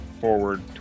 forward